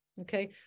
okay